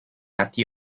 atti